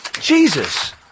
Jesus